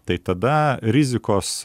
tai tada rizikos